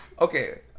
Okay